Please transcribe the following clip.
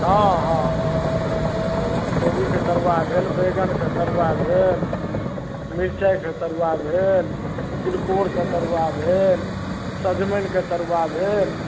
हॅं हॅं हॅं कोबी के तरुआ भेल बैगन के तरुआ भेल मिर्चाइ के तरुआ भेल तिलकोर के तरुआ भेल सजमनि के तरुआ भेल